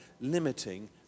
limiting